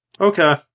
Okay